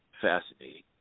fascinating